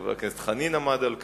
חבר הכנסת חנין עמד על כך.